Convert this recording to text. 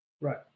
Right